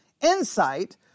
insight